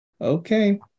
Okay